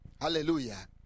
Hallelujah